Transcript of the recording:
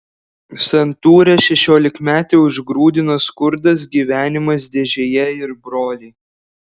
santūrią šešiolikmetę užgrūdino skurdas gyvenimas dėžėje ir broliai